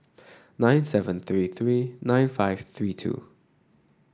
nine seven three three nine five three two